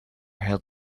held